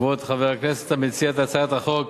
כבוד חבר הכנסת המציע את הצעת החוק